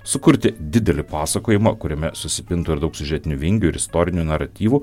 sukurti didelį pasakojimą kuriame susipintų ir daug siužetinių vingių ir istorinių naratyvų